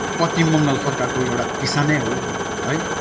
पश्चिम बङ्गाल सरकारको एउटा किसानै हो है